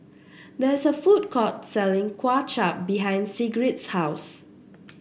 there is a food court selling Kuay Chap behind Sigrid's house